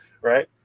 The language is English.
Right